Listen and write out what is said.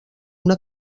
una